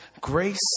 grace